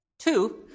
Two